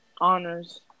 Honors